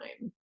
time